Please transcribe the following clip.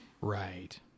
Right